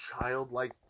childlike